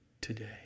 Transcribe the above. today